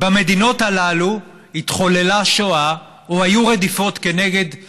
במדינות הללו התחוללה שואה או היו רדיפות כנגד יהודים.